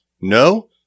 no